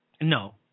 no